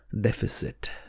deficit